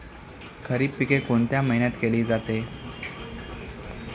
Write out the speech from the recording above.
खरीप पिके कोणत्या महिन्यात केली जाते?